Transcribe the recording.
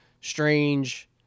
Strange